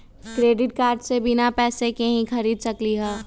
Credit card से बिना पैसे के ही खरीद सकली ह?